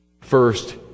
First